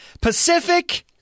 Pacific